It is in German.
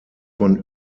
von